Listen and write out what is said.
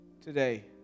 today